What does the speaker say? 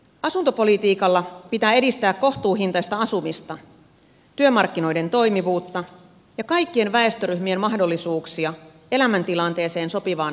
asuntopolitiikalla pitää edistää kohtuuhintaista asumista työmarkkinoiden toimivuutta ja kaikkien väestöryhmien mahdollisuuksia elämäntilanteeseen sopivaan asumiseen